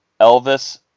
Elvis